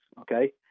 okay